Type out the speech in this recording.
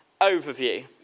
overview